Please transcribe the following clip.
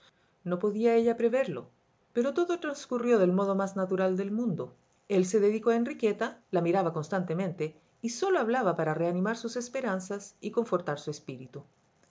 no podía ella preverlo pero todo transcurrió del modo más natural del mundo el se dedicó a enriqueta la miraba constantemente y sólo hablaba para reanimar sus esperanzas y confortar su espíritu